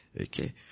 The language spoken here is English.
Okay